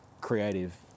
creative